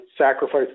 sacrifice